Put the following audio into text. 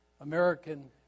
American